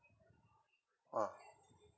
ah